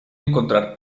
encontrar